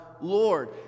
Lord